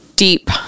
deep